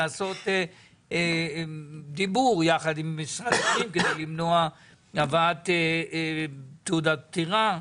לעשות דיבור יחד עם משרד הפנים כדי למנוע הבאת תעודת פטירה?